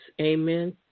Amen